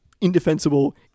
indefensible